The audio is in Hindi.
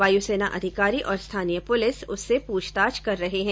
वायुसेना अधिकारी और स्थानीय पुलिस उससे पूछताछ कर रहे हैं